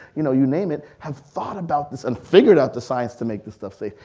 you know you name it, have thought about this and figured out the science to make this stuff safe.